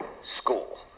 school